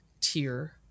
tier